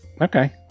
Okay